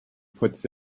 puts